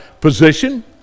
position